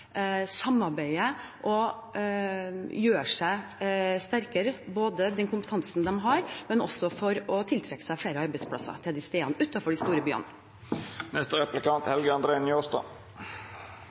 og gjøre seg sterkere, både med tanke på den kompetansen de har, og også for å tiltrekke seg flere arbeidsplasser til de stedene utenfor de store byene.